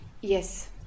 Yes